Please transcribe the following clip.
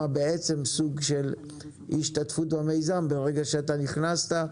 בעצם סוג של השתתפות במיזם ברגע שנכנסת.